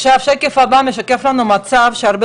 השקף הבא משקף לנו את המצב שבו הרבה